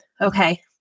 Okay